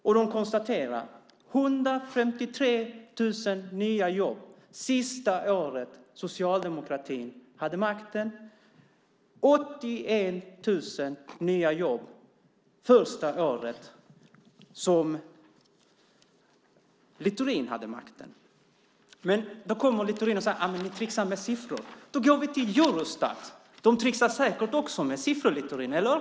Man konstaterade att 153 000 nya jobb kom till under det sista året socialdemokratin hade makten. 81 000 nya jobb kom till under det första året som Littorin har haft makten. Då säger Littorin: Ni tricksar med siffror! Men då går vi till Eurostat. De trixar säkert också med siffror - eller hur, Littorin?